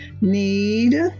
Need